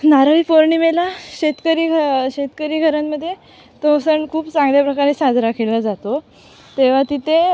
नारळी पौर्णिमेला शेतकरी घ शेतकरी घरांमध्ये तो सण खूप चांगल्या प्रकारे साजरा केला जातो तेव्हा तिथे